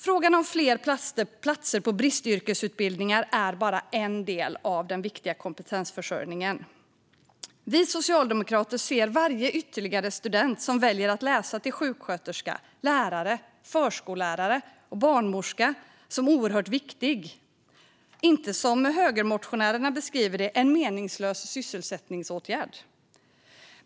Frågan om fler platser på bristyrkesutbildningar är bara en del av den viktiga kompetensförsörjningen. Vi socialdemokrater ser varje ytterligare student som väljer att läsa till sjuksköterska, lärare, förskollärare eller barnmorska som oerhört viktig - inte som, som högermotionärerna beskriver det, en meningslös sysselsättningsåtgärd.